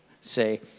say